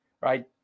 right